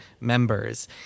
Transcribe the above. members